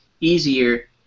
easier